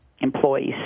employees